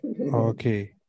Okay